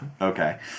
Okay